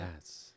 Yes